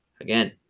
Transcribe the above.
Again